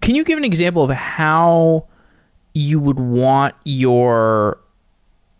can you give an example of how you would want your